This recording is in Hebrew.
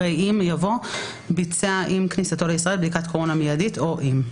אחרי "אם" יבוא "ביצע עם כניסתו לישראל בדיקת קורונה מיידית או אם".